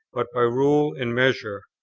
but by rule and measure,